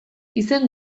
izen